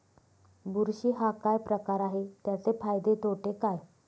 बुरशी हा काय प्रकार आहे, त्याचे फायदे तोटे काय?